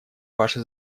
ваши